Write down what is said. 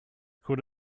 could